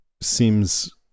seems